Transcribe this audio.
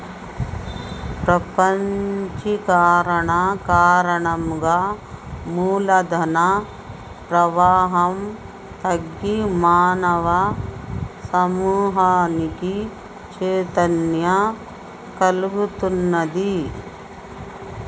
ప్రపంచీకరణ కారణంగా మూల ధన ప్రవాహం తగ్గి మానవ సమూహానికి చైతన్యం కల్గుతున్నాది